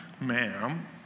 ma'am